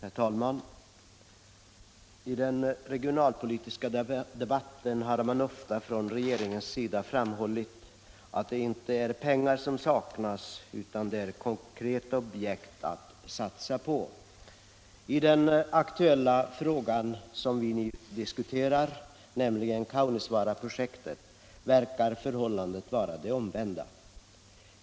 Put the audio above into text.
Herr talman! I den regionalpolitiska debatten har man från regeringens sida ofta framhållit att det inte är pengar som saknas utan konkreta objekt att satsa på. I den fråga som vi nu diskuterar, Kaunisvaaraprojektet, verkar det vara ett omvänt förhållande.